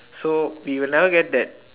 so do you know get that